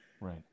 Right